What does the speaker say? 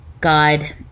God